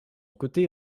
côté